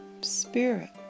spirit